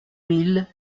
mille